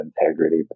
integrity